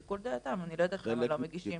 לשיקול דעתם, אני לא יודעת למה הם לא מגישים.